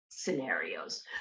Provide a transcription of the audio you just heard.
scenarios